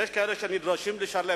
יש כאלה שנדרשים לשלם